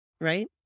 right